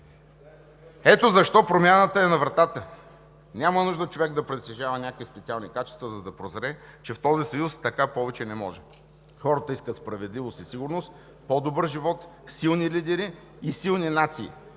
Ето защо промяната е на вратата. Няма нужда човек да притежава някакви специални качества, за да прозре, че в този съюз така повече не може. Хората искат справедливост и сигурност, по-добър живот, силни лидери и силни нации,